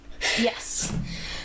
Yes